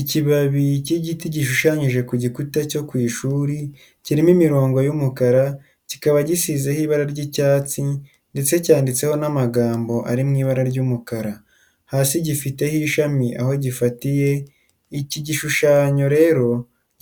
Ikibabi cy'igiti gishushanyije ku gikuta cyo ku ishuri, kirimo imirongo y'umukara, kikaba gisizeho ibara ry'icyatsi ndetse cyanditseho n'amagambo ari mu ibara ry'umukara. Hasi gifiteho ishami aho gifatiye, iki gishushanyo rero